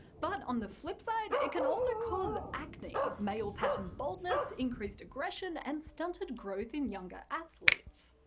but on the flip side, it can also cause acne, male pattern baldness, increased aggression, and stunted growth in younger athletes.